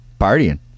partying